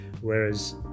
whereas